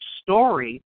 story